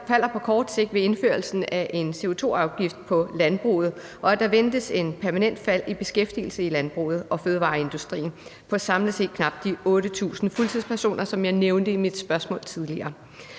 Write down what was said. på kort sigt ved indførelsen af en CO2-afgift på landbruget, og der ventes et permanent fald i beskæftigelse i landbruget og fødevareindustrien på samlet set knap 8.000 fuldtidspersoner, hvad jeg nævnte i mit spørgsmål tidligere.